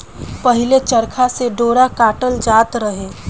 पहिले चरखा से डोरा काटल जात रहे